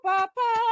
Papa